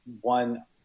one